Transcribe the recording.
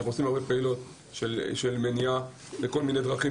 אנחנו עושים הרבה פעילויות מניעה בכל מיני דרכים